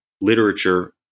literature